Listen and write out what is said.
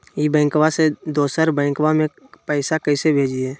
ई बैंकबा से दोसर बैंकबा में पैसा कैसे भेजिए?